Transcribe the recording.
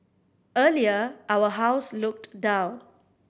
earlier our house looked dull